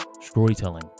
storytelling